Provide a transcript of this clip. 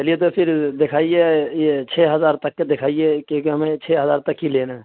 چلیے تو پھر دکھائیے یہ چھ ہزار تک کے دکھائیے کیونکہ ہمیں چھ ہزار تک ہی لینا ہے